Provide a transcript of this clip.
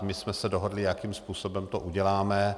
My jsme se dohodli, jakým způsobem to uděláme.